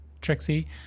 trixie